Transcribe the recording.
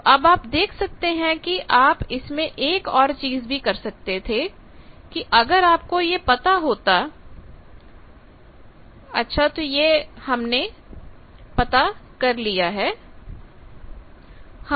तो अब आप देख सकते हैं आप इसमें एक और चीज भी कर सकते थे कि अगर आपको यह पता होता अच्छा तो यह हमने पता कर लिया है